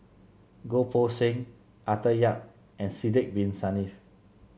Goh Poh Seng Arthur Yap and Sidek Bin Saniff